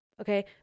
Okay